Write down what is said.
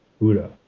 Buddha